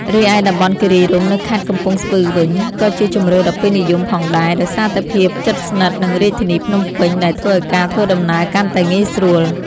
រីឯតំបន់គិរីរម្យ នៅខេត្តកំពង់ស្ពឺវិញ ក៏ជាជម្រើសដ៏ពេញនិយមផងដែរ ដោយសារតែភាពជិតស្និទ្ធនឹងរាជធានីភ្នំពេញ ដែលធ្វើឲ្យការធ្វើដំណើរកាន់តែងាយស្រួល។